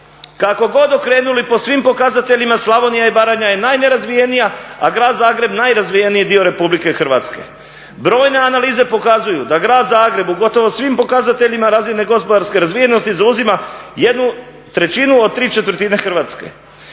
kako god okrenuli po svim pokazateljima, Slavonija i Baranja je najnerazvijenija, a grad Zagreb najrazvijeniji dio RH. Brojne analize pokazuju da grad Zagreb u gotovo svim pokazateljima razine gospodarske razvijenosti zauzima 1/3 od ¾ Hrvatske.